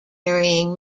carrying